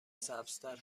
سبزتر